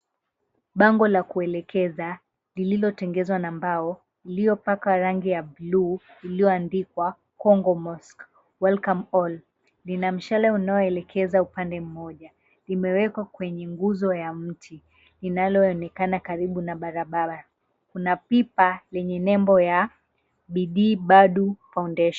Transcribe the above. Bango la kuelekeza, lililotengezwa na mbao, iliyopakwa rangi ya bluu, iliyoandikwa, "Kongo Mosque, Welcome All". Lina mshale unaoelekeza upande mmoja, limewekwa kwenye nguzo ya mti linaloonekana karibu na barabara. Kuna pipa lenye nembo ya, "Bidii Badu Foundation".